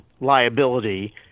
liability